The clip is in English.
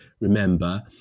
remember